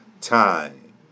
time